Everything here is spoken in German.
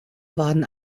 waren